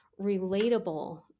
relatable